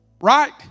right